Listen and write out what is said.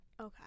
Okay